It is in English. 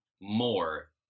more